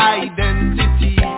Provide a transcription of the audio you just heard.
identity